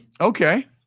Okay